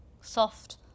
soft